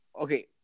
Okay